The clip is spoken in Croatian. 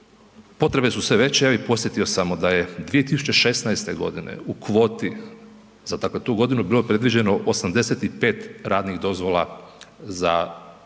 Potrebe su sve veće. Ja bih podsjetio da je 2016. godine u kvoti za dakle tu godinu bilo predviđeno 85 radnih dozvola za